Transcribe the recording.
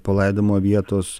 palaidojimo vietos